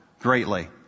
greatly